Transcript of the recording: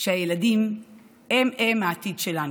שהילדים הם-הם העתיד שלנו.